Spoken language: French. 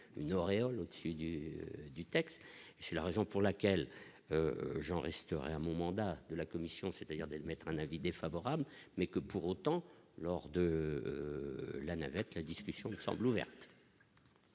une auréole au-dessus du du texte, et c'est la raison pour laquelle j'en resterai à mon mandat de la commission, c'est-à-dire le mettre un avis défavorable mais que pour autant lors de la navette la discussion semble ouverte.